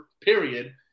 period